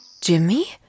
Jimmy